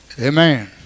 Amen